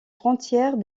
frontières